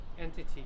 entity